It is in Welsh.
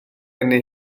arni